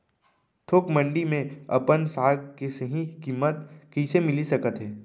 थोक मंडी में अपन साग के सही किम्मत कइसे मिलिस सकत हे?